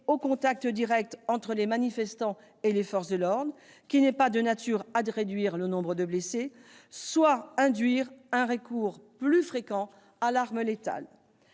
au contact direct entre manifestants et forces de l'ordre, qui n'est pas de nature à réduire le nombre de blessés, et induire un recours plus fréquent à l'arme létale.